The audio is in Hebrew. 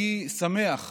אני שמח,